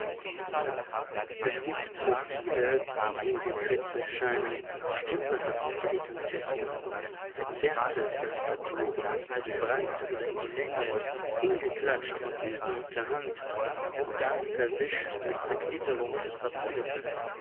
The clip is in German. es gibt profile die hingekritzelt scheinen stümperhafte dilettantismen verzerrte karrikaturen in die breite oder in die länge hingeklatscht von ungeübter hand und dann verwischt durch zerknitterung des papiers